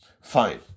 Fine